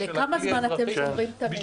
כמה זמן אתם שומרים את המידע?